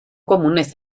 comunes